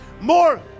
more